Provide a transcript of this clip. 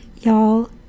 y'all